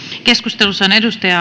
keskustelussa